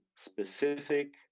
specific